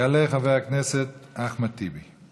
יעלה חבר הכנסת אחמד טיבי.